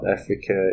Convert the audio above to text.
Africa